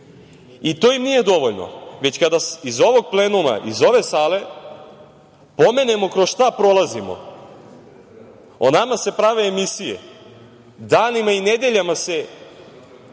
I to im nije dovoljno, već kada iz ovog plenuma, iz ove sale pomenemo kroz šta prolazimo o nama se prave emisije, danima i nedeljama se